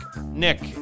nick